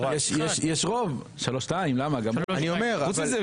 חוץ מזה,